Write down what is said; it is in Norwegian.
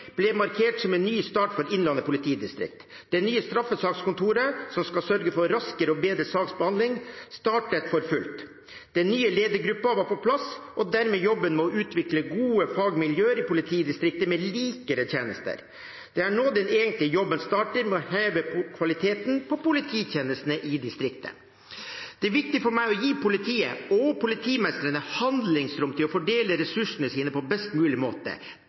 ble markert som en ny start for Innlandet politidistrikt. Det nye straffesakskontoret, som skal sørge for raskere og bedre saksbehandling, startet for fullt. Den nye ledergruppa var på plass, og dermed jobben med å utvikle gode fagmiljøer i politidistriktet med likere tjenester. Det er nå den egentlige jobben starter med å heve kvaliteten på polititjenestene i distriktet. Det er viktig for meg å gi politiet og politimestrene handlingsrom til å fordele ressursene sine på best mulig måte.